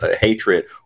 hatred